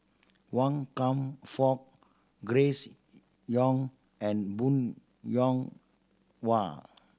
Wan Kam Fook Grace Young and Bong Hiong Hwa